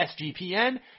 SGPN